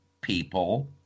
people